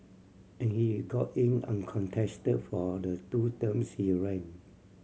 and he got in uncontested for the two terms he ran